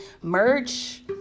merch